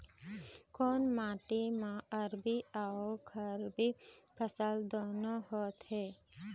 कोन माटी म रबी अऊ खरीफ फसल दूनों होत हे?